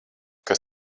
kas